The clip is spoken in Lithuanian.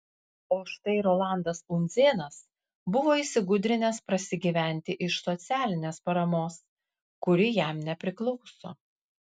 o štai rolandas undzėnas buvo įsigudrinęs prasigyventi iš socialinės paramos kuri jam nepriklauso